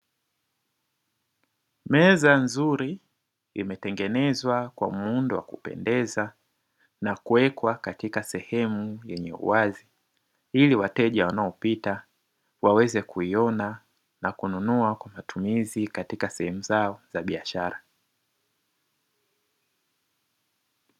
Meza nzuri imetengenezwa kwa muundo wa kupendeza na kuwekwa katika sehemu ya wazi, ili wateja wanaopita waweze kuiona na kuweza kununua kwa matumizi katika sehemu zao za biashara.